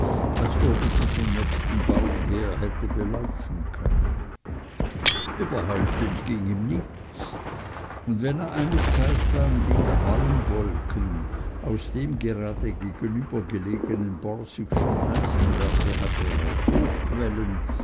als ob er sie vom nächsten baum her hätte belauschen können überhaupt entging ihm nichts und wenn er eine zeitlang die qualmwolken aus dem gerade gegenüber gelegenen borsigschen eisenwerke hatte